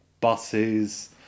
buses